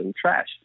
trash